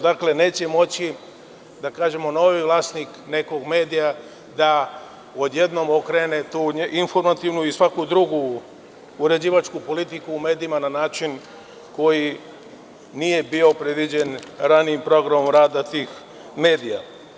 Dakle, neće moći, da kažemo, novi vlasnik nekog medija da odjednom okrene tu informativnu i svaku drugu uređivačku politiku u medijima na način koji nije bio predviđen ranijim programom rada tih medija.